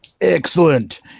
Excellent